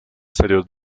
exterior